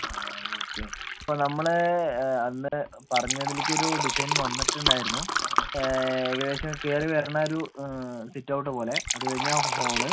ആ ഓക്കെ ഇപ്പം നമ്മള് അന്ന് പറഞ്ഞതിലേക്ക് ഒരു ഡിസൈൻ വന്നിട്ടുണ്ടായിരുന്നു ഏകദേശം കേറി വരണ ഒരു സിറ്റ് ഔട്ട് പോലെ അത് കഴിഞ്ഞാൽ ഹോള്